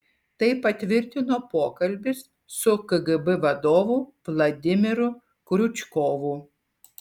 tai patvirtino pokalbis su kgb vadovu vladimiru kriučkovu